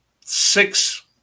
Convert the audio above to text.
six